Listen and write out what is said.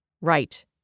Right